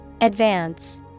Advance